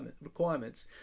requirements